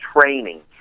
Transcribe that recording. training